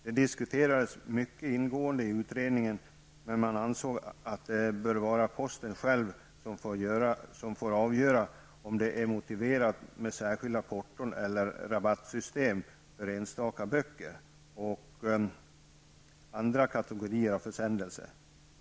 Frågan diskuterades mycket ingående i utredningen, men man ansåg att posten själv bör få avgöra om det är motiverat med särskilda porton eller rabattsystem för enstaka böcker och andra kategorier av försändelser.